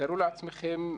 תארו לעצמכם,